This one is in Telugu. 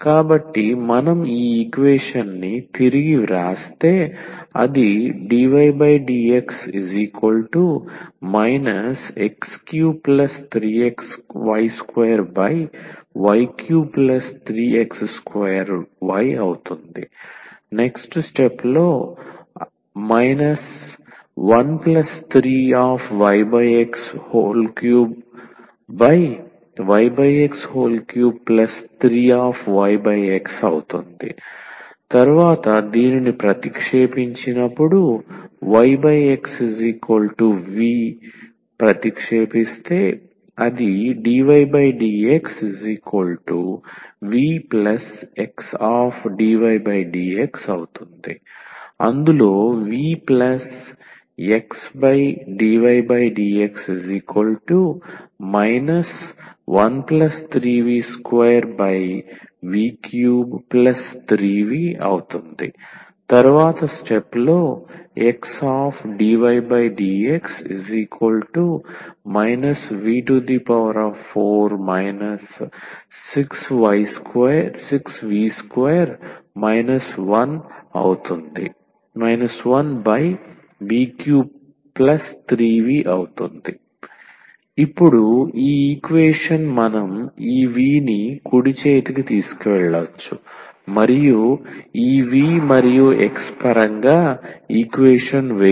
కాబట్టి మనం ఈ ఈక్వేషన్ని తిరిగి వ్రాస్తే dydx x33xy2y33x2y 13yx3yx33yx ప్రతిక్షేపించు yxv ⟹dydxvxdvdx vxdvdx 13v2v33v ⟹xdvdx v4 6v2 1v33v ఇప్పుడు ఈ ఈక్వేషన్ మనం ఈ v ని కుడి చేతికి తీసుకెళ్లవచ్చు మరియు ఈ v మరియు x పరంగా ఈక్వేషన్ వేరు